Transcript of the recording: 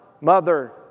mother